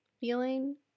feeling